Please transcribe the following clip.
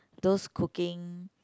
those cooking